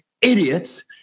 idiots